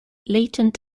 latent